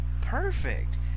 Perfect